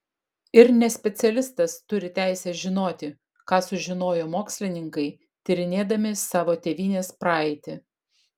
ir nespecialistas turi teisę žinoti ką sužinojo mokslininkai tyrinėdami savo tėvynės praeitį